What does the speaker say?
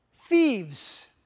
thieves